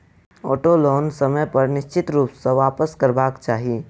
auto loan समय पर निश्चित रूप सॅ वापसकरबाक चाही